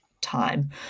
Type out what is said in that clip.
time